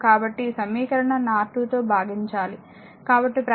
కాబట్టి ఈ సమీకరణాన్ని R 2 తో భాగించాలి కాబట్టి ప్రాథమికంగా i2 v R2